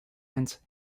hence